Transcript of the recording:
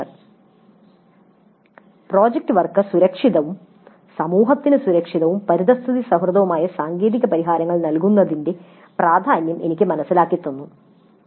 "project work സുരക്ഷിതവും സമൂഹത്തിന് സുരക്ഷിതവും പരിസ്ഥിതി സൌഹൃദവുമായ സാങ്കേതിക പരിഹാരങ്ങൾ നൽകുന്നതിന്റെ പ്രാധാന്യം എനിക്ക് മനസ്സിലാക്കി തന്നു"